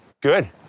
Good